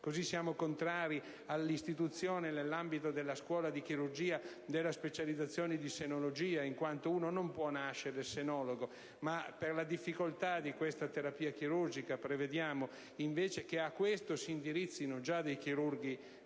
siamo contrari all'istituzione nell'ambito della scuola di chirurgia della specializzazione di senologia, in quanto un medico non può nascere come senologo; è preferibile, per la difficoltà di questa terapia chirurgica, che a questa si indirizzino già dei chirurghi